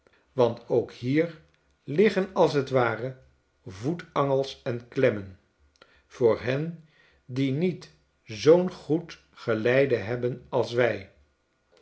want ook hier liggen als t ware voetangels en klemmen voor hen die niet zoo'n goed geleide hebben als wij